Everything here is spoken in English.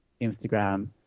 Instagram